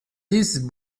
dix